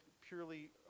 purely